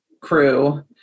crew